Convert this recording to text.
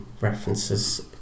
References